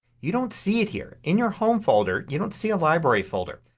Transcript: you don't see it here. in your home folder you don't see a library folder.